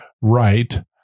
right